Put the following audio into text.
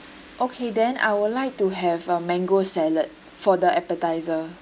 okay then I would like to have a mango salad for the appetiser